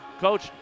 Coach